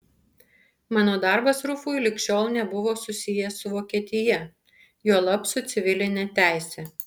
mano darbas rufui lig šiol nebuvo susijęs su vokietija juolab su civiline teise